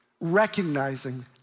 recognizing